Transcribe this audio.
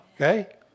Okay